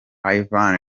ivan